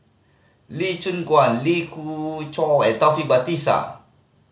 Lee Choon Guan Lee Khoon Choy and Taufik Batisah